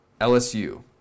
LSU